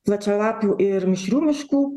plačialapių ir mišrių miškų